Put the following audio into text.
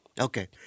Okay